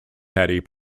paddy